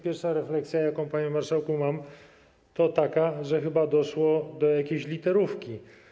Pierwsza refleksja, jaką mam panie marszałku, to taka, że chyba doszło do jakiejś literówki.